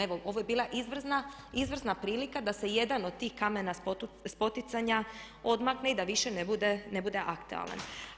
Evo, ovo je bila izvrsna prilika da se jedan od tih kamena spoticanja odmakne i da više ne bude aktualan.